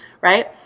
Right